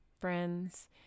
friends